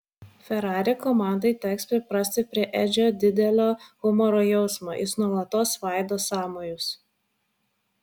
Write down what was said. ferrari komandai teks priprasti prie edžio didelio humoro jausmo jis nuolatos svaido sąmojus